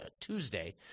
Tuesday